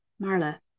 Marla